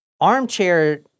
Armchair